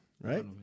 Right